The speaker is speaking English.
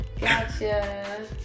Gotcha